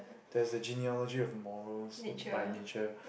there's the genealogy of morals by nature